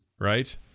right